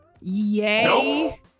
yay